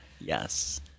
Yes